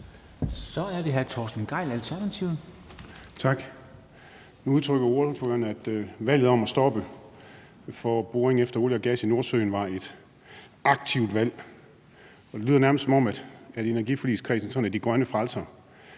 Kl. 10:52 Torsten Gejl (ALT): Tak. Nu udtrykker ordføreren, at valget om at stoppe for boring efter olie og gas i Nordsøen var et aktivt valg. Og det lyder nærmest, som om energiforligskredsen sådan er de grønne frelsere.